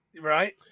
Right